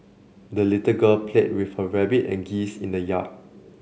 the little girl played with her rabbit and geese in the yard